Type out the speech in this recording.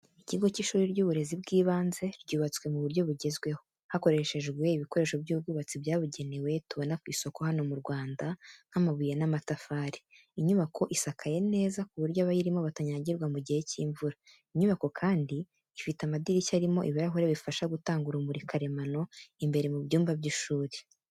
Ikigo cy’ishuri ry’uburezi bw’ibanze, ryubatswe mu buryo bugezweho, hakoreshejwe ibikoresho by’ubwubatsi byabugenewe tubona ku isoko hano mu Rwanda nk’amabuye n’amatafari. Inyubako isakaye neza ku buryo abayirimo batanyagirwa mu gihe cy’imvura. Inyubako kandi ifite amadirishya arimo ibirahure bifasha gutanga urumuri karemano imbere mu cyumba by’ishuri.